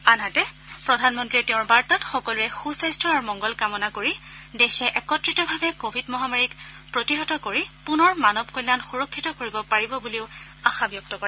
আনহাতে প্ৰধানমন্ত্ৰীয়ে তেওঁৰ বাৰ্তাত সকলোৰে সূ স্বাস্থ্য আৰু মংগল কামনা কৰি দেশে একত্ৰিতভাৱে কোৱিড মহামাৰীক প্ৰতিহত কৰি পুনৰ মানৱ কল্যাণ সুৰক্ষিত কৰিব পাৰিব বুলি আশা ব্যক্ত কৰে